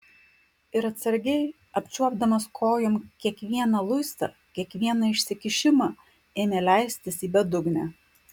ir atsargiai apčiuopdamas kojom kiekvieną luistą kiekvieną išsikišimą ėmė leistis į bedugnę